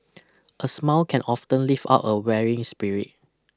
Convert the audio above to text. a smile can often lift up a weary spirit